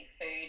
food